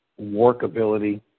workability